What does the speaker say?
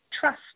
trust